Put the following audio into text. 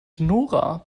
nora